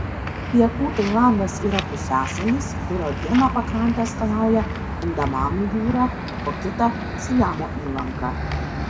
pietų tailandas yra pusiasalis kurio vieną pakrantę skalauja andamanų jūra o kitą siamo įlanka